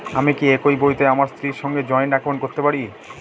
আমি কি একই বইতে আমার স্ত্রীর সঙ্গে জয়েন্ট একাউন্ট করতে পারি?